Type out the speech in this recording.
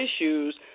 issues